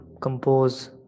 compose